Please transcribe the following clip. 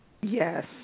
Yes